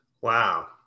Wow